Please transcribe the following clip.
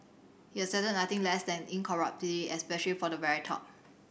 he accepted nothing less than incorruptibility especially for the very top